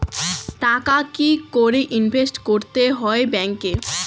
টাকা কি করে ইনভেস্ট করতে হয় ব্যাংক এ?